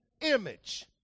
image